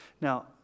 Now